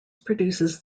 produces